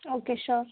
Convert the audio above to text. okay sure